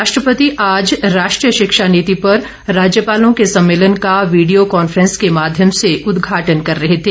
राष्ट्रपति आज राष्ट्रीय शिक्षा नीति पर राज्यपालों के सम्मेलन का वीडियो कांफ्रेंस के माध्यम से उदघाटन कर रहे थे